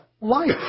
life